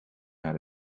naar